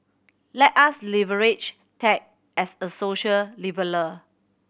let us leverage tech as a social leveller